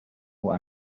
who